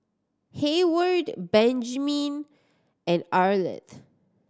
Hayward Benjman and Arleth